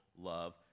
love